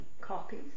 copies